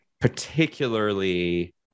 particularly